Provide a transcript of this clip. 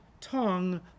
tongue